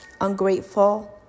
ungrateful